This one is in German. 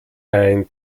ein